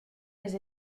les